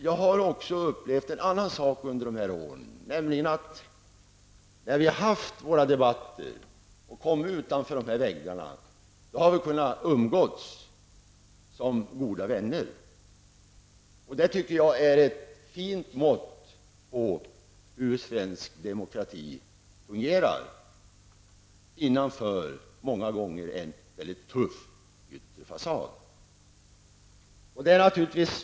Jag har också upplevt en annan sak under dessa år, nämligen att när vi väl har haft våra debatter och kommit utanför dessa väggar har vi kunnat umgås som goda vänner. Det tycker jag är ett fint mått på hur svensk demokrati fungerar innanför en många gånger mycket tuff yttre fasad.